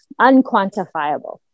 unquantifiable